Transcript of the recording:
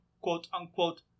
quote-unquote